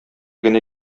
генә